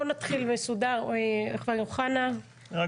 חבר הכנסת אוחנה, בבקשה.